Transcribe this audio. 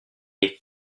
est